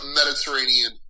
mediterranean